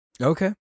Okay